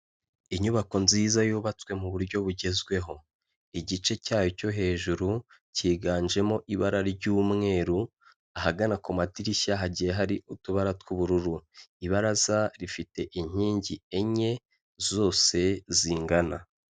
Inyubako nziza yubatswe mu buryo bugezweho. Igice cyayo cyo hejuru cyiganjemo ibara ry'umweru, ahagana ku madirishya hagiye hari utubara tw'ubururu. Ibaraza rifite inkingi enye zose zingana.